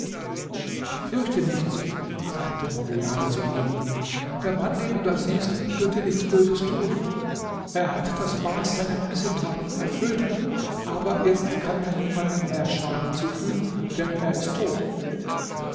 fürchte nichts sagte morgiane zu ihm der mann den du da siehst wird dir nichts böses tun er hat das maß seiner missetaten erfüllte aber jetzt kann er niemandem mehr schaden zufügen denn er ist tot